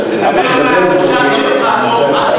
את ההחלטה על ההצעה לסדר-היום.